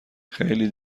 خیلی